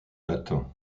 latin